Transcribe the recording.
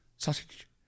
Sausage